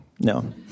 No